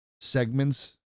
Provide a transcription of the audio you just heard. Segments